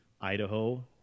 Idaho